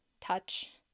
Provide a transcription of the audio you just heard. touch